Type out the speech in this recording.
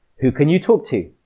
who can you talk to?